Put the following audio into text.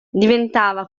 diventava